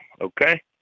Okay